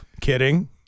Kidding